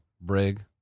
Brig